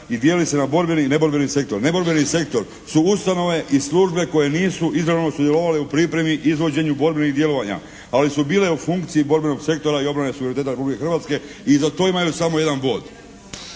i dijeli se na borbeni i neborbeni sektor. Neborbeni sektor su ustanove i službe koje nisu izravno sudjelovale u pripremi i izvođenju borbenih djelovanja, ali su bile u funkciji borbenog sektora i obrane suvereniteta Republike Hrvatske i za to imaju samo jedan bod.